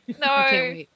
No